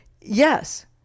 Yes